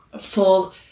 full